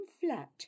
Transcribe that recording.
flat